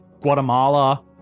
Guatemala